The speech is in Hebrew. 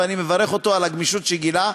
ואני מברך אותו על הגמישות שגילה,